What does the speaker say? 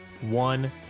one